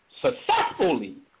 successfully